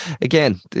Again